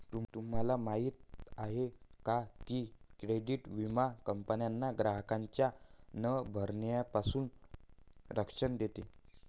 तुम्हाला माहिती आहे का की क्रेडिट विमा कंपन्यांना ग्राहकांच्या न भरण्यापासून संरक्षण देतो